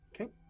okay